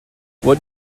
what